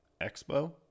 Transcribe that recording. Expo